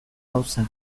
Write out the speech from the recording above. gauza